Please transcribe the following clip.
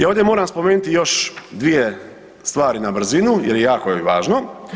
I ovdje moram spomenuti još dvije stvari na brzinu jer jako je važno.